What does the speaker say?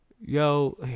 yo